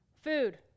Food